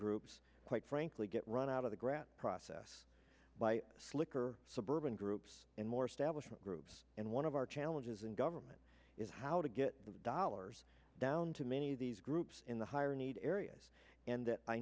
groups quite frankly get run out of the grab process by slick or suburban groups and more establishment groups and one of our challenges in government is how to get the dollars down to many of these groups in the higher need areas and i